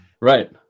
Right